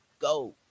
go